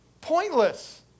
pointless